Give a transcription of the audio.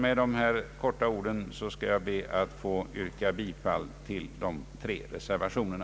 Med dessa ord ber jag att få yrka bifall till de tre reservationerna.